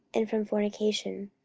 and from fornication.